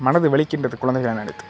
மனது வலிக்கின்றது குழந்தைகளை நினைத்து